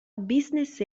business